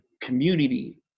community